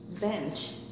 bent